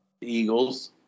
Eagles